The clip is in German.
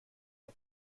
der